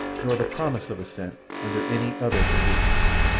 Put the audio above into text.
nor the promise of a cent under any other conditions.